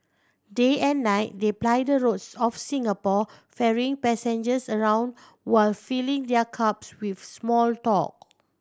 day and night they ply the roads of Singapore ferrying passengers around while filling their cabs with small talk